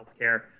healthcare